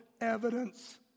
evidence